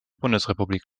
bundesrepublik